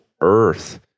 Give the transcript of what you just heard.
Earth